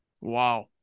Wow